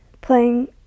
playing